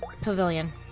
Pavilion